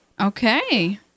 Okay